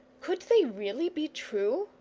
could they really be true,